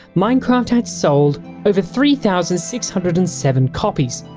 minecraft had sold over three thousand six hundred and seven copies,